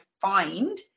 find